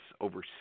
over